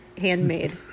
handmade